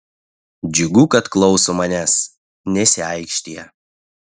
džiugu kad klauso manęs nesiaikštija